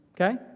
okay